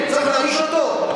צריך להעניש אותו?